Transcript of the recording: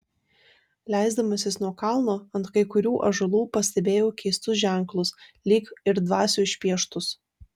leisdamasis nuo kalno ant kai kurių ąžuolų pastebėjau keistus ženklus lyg ir dvasių išpieštus